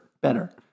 better